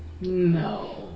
No